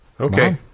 Okay